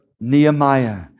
Nehemiah